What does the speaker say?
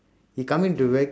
he coming direct